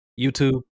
youtube